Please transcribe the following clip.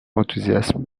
enthousiasme